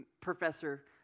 professor